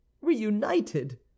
reunited